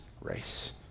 race